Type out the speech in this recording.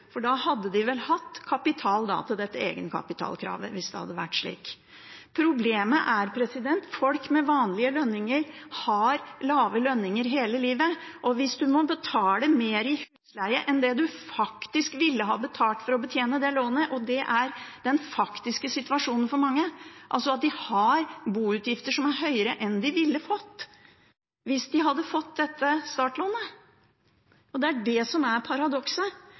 For da hadde de vel hatt kapital til dette egenkapitalkravet, hvis det hadde vært slik. Problemet er at folk med vanlige lønninger har lave lønninger hele livet, og at man betaler mer i husleie enn det man faktisk ville betalt for å betjene dette lånet. Det er den faktiske situasjonen for mange, altså at de har boutgifter som er høyere enn de ville hatt hvis de hadde fått dette startlånet. Det er det som er paradokset.